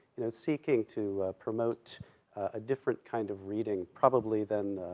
you know, seeking to promote a different kind of reading, probably than,